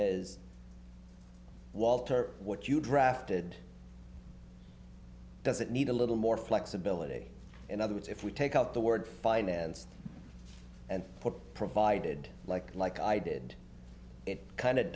is walter what you drafted does it need a little more flexibility in other words if we take out the word finance and provided like like i did it